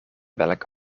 welke